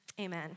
Amen